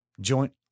joint